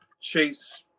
chase